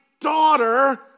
daughter